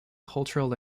cultural